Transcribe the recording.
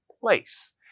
place